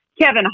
Kevin